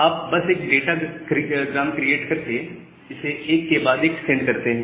आप बस एक डाटा ग्राम क्रिएट करके इसे एक के बाद एक सेंड करते हैं